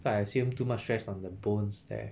so I assume too much stress on the bones there